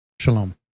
Shalom